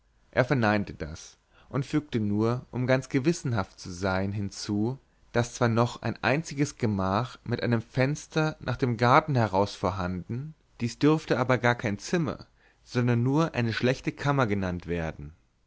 er verneinte das und fügte nur um ganz gewissenhaft zu sein hinzu daß zwar noch ein einziges gemach mit einem fenster nach dem garten heraus vorhanden dies dürfte aber gar kein zimmer sondern nur eine schlechte kammer genannt werden